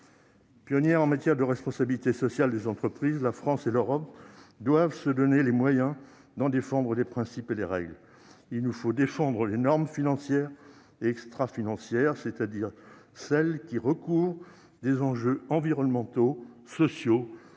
Pionnières en matière de responsabilité sociale des entreprises, la France et l'Europe doivent se donner les moyens d'en défendre les principes et les règles. Il nous faut défendre les normes financières et extrafinancières- c'est-à-dire celles qui recouvrent des enjeux environnementaux, sociaux et de